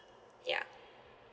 ya